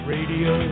Radio